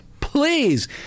please